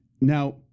Now